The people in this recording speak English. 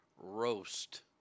Roast